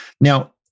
Now